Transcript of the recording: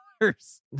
dollars